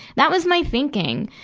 that was my thinking,